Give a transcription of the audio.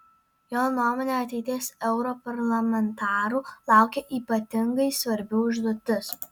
jo nuomone ateities europarlamentarų laukia ypatingai svarbi užduotis